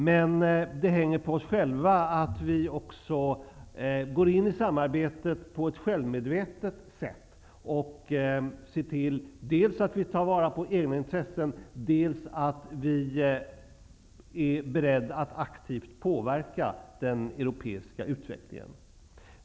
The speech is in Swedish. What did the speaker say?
Men det hänger på oss själva att vi också går in i samarbetet på ett självmedvetet sätt och ser till dels att vi tar vara på egna intressen, dels att vi är beredda att aktivt påverka den europeiska utvecklingen.